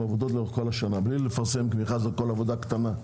עבודות לאורך כל השנה בלי לפרסם מכרז על כל עבודה קטנה,